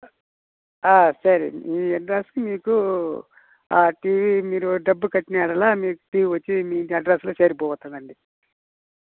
సరే మీ అడ్రస్కి మీకు టీవీ మీరు డబ్బు కట్టిన యెడల మీకు టీవీ వచ్చి మీ ఇంటి అడ్రస్లో చేరిపోతుంది అండి